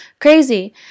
crazy